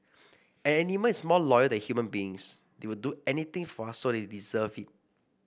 an animal is more loyal than human beings they will do anything for us so they deserve it